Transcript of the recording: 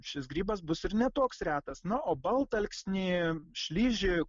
šis grybas bus ir ne toks retas na o baltalksnį šlyžį